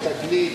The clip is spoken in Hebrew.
ב"תגלית",